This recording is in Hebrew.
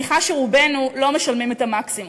אני מניחה שרובנו לא משלמים את המקסימום.